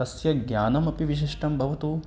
अस्य ज्ञानमपि विशिष्टं भवतु